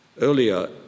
Earlier